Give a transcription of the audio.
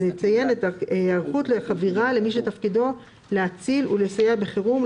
היערכות לחבירה למי שתפקידו להציל ולסייע בחירום,